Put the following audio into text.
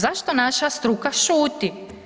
Zašto naša struka šuti?